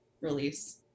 release